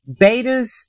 Betas